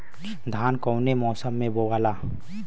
धान कौने मौसम मे बोआला?